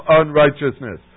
unrighteousness